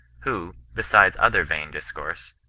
who, besides other vain discourse,